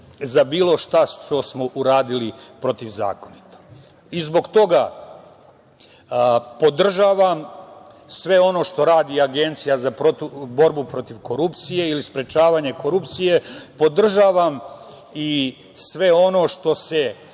za bilo šta što smo uradili protivzakonito.I zbog toga podržavam sve ono što radi Agencija za borbu protiv korupcije ili sprečavanje korupcije. Podržavam i sve ono što se